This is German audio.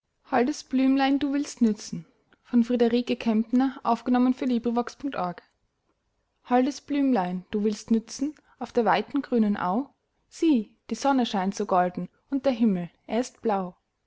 holdes blümlein du willst nützen holdes blümlein du willst nützen auf der weiten grünen au sieh die sonne scheint so golden und der himmel er ist blau